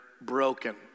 broken